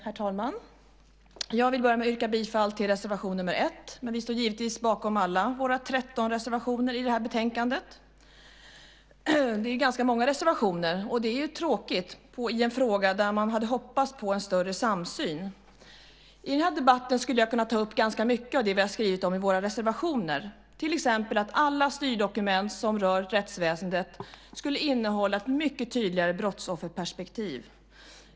Herr talman! Jag ska börja med att yrka bifall till reservation 1, men vi står givetvis bakom alla våra 13 reservationer i detta betänkande. Det är ganska många reservationer, och det är tråkigt när det handlar om en fråga där man hade hoppats på en större samsyn. I den här debatten skulle jag kunna ta upp ganska mycket av det som vi har skrivit om i våra reservationer, till exempel att alla styrdokument som rör rättsväsendet skulle innehålla ett mycket tydligare brottsofferperspektiv.